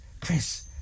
Chris